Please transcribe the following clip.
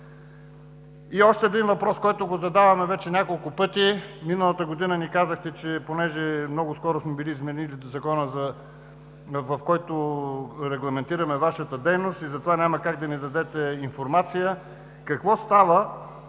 И още един въпрос, който задаваме вече няколко пъти – миналата година ни казахте, че понеже много скоро сме били изменили Закона, в който регламентираме Вашата дейност, и затова няма как да ни дадете информация. Какво става